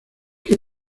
qué